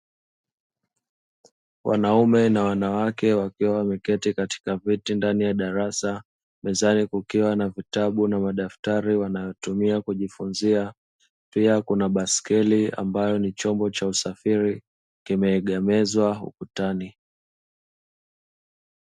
Wanaume na wanawake wakiwa wameketi katika viti ndani ya darasa, mezani kukiwa na vitabu na madaftari wanayotumia kujifunzia. Pia kuna basikeli ambayo ni chombo cha usafiri kimeegemezwa ukutani.